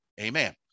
Amen